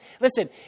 Listen